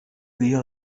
dia